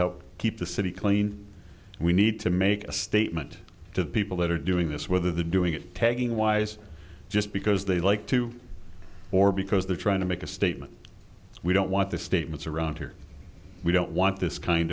help keep the city clean we need to make a statement to the people that are doing this whether the doing it taking wise just because they like to or because they're trying to make a statement we don't want the statements around here we don't want this kind